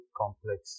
complex